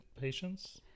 patients